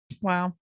Wow